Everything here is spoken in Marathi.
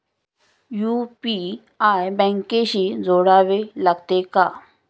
यु.पी.आय बँकेशी जोडावे लागते का?